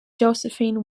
josephine